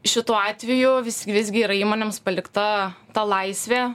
šituo atveju vis visgi yra įmonėms palikta ta laisvė